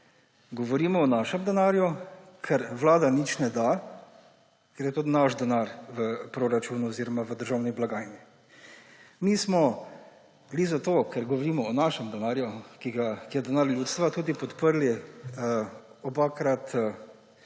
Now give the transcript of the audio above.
govorimo o našem denarju, ker vlada nič ne da, ker je to naš denar v proračunu oziroma v državni blagajni. Mi smo, zato ker govorimo o našem denarju, ki je denar ljudstva, obakrat